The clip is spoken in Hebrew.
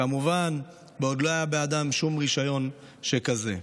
כמובן, בעוד לא היה בידיהם שום רישיון שכזה.